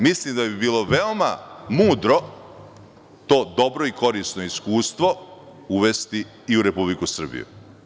Mislim da bi bilo veoma mudro to dobro i korisno iskustvo uvesti i u Republiku Srbiju.